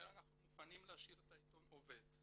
"אנחנו מוכנים להשאיר את העיתון עובד".